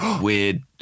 weird